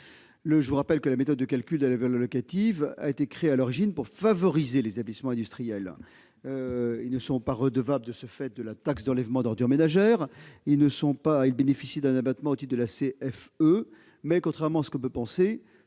Je rappelle que la méthode de calcul de la valeur locative a été créée à l'origine pour favoriser les établissements industriels. Ils ne sont pas redevables de la taxe d'enlèvement des ordures ménagères et bénéficient d'un abattement au titre de la cotisation foncière des entreprises,